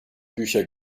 bücher